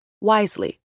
wisely